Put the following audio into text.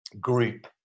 Group